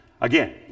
Again